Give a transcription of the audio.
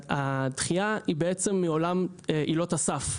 הדחייה היא בעצם מעולם עילות הסף.